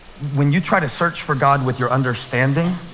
when you try to search for god with your understanding